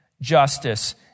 justice